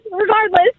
regardless